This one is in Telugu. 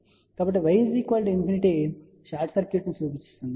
కాబట్టి Y ఇన్ఫినిటీ షార్ట్ సర్క్యూట్ను సూచిస్తుంది